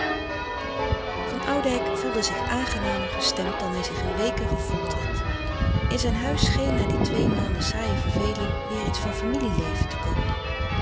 van oudijck voelde zich aangenamer gestemd dan hij zich in weken gevoeld had in zijn huis scheen na die twee maanden saaie verveling weêr iets van familieleven te komen